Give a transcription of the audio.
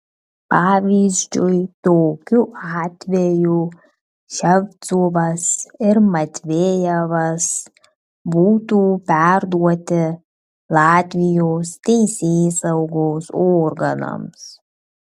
pavyzdžiui tokiu atveju ševcovas ir matvejevas būtų perduoti latvijos teisėsaugos organams